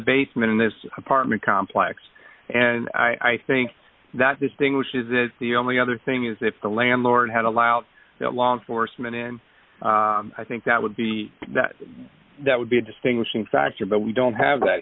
basement in this apartment complex and i think that distinguishes is the only other thing is if the landlord had allowed the law enforcement in i think that would be that that would be a distinguishing factor but we don't have that